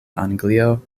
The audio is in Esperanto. anglio